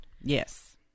Yes